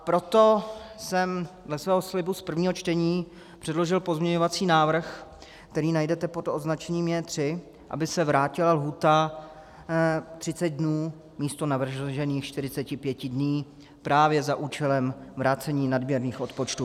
Proto jsem dle svého slibu z prvního čtení předložil pozměňovací návrh, který najdete pod označením J3, aby se vrátila lhůta 30 dnů místo navržených 45 dní právě za účelem vrácení nadměrných odpočtů.